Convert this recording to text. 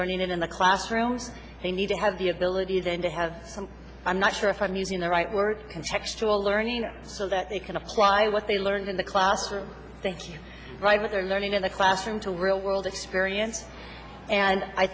learning and in the classroom they need to have the abilities and to have some i'm not sure if i'm using the right words contextual learning so that they can apply what they learned in the classroom thank you write with their learning in the classroom to real world experience and i